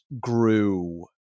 grew